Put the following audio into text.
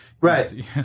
Right